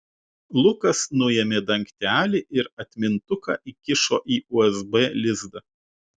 lukas nuėmė dangtelį ir atmintuką įkišo į usb lizdą